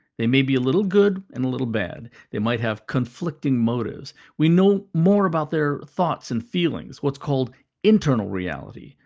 they may be a little good and a little bad. they might have conflicting motives. we know more about their thoughts and feelings, what's called internal reality,